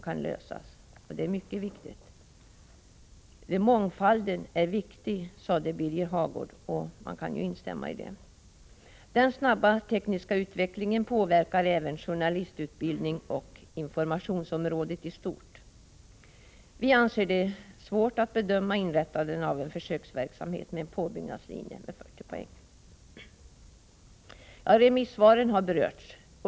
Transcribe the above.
Detta är mycket viktigt. Mångfalden är viktig, sade Birger Hagård, och däri kan man instämma. Den snabba tekniska utvecklingen påverkar även journalistutbildning och informationsområdet i stort. Vi anser att det är svårt att bedöma frågan om inrättande av en försöksverksamhet med en påbyggnadslinje som ger 40 poäng. Remissvaren har berörts.